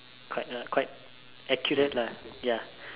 quite uh quite accurate lah ya